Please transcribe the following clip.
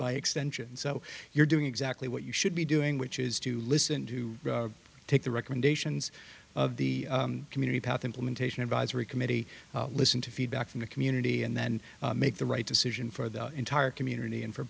by extension so you're doing exactly what you should be doing which is to listen to take the recommendations of the community path implementation advisory committee listen to feedback from the community and then make the right decision for the entire community and for